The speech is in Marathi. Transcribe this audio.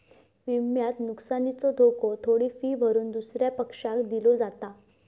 विम्यात नुकसानीचो धोको थोडी फी भरून दुसऱ्या पक्षाक दिलो जाता